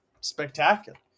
spectacular